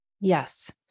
yes